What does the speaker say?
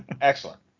Excellent